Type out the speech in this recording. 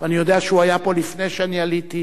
ואני יודע שהוא היה פה לפני שאני עליתי,